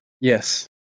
Yes